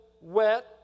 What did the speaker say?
wet